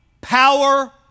power